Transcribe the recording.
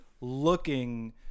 looking